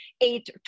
eight